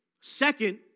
Second